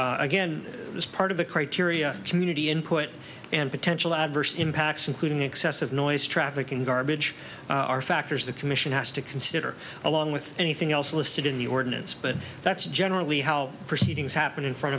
so again as part of the criteria community input and potential adverse impacts including excessive noise traffic and garbage are factors the commission has to consider along with anything else listed in the ordinance but that's generally how proceedings happen in front